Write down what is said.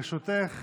לרשותך